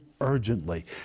urgently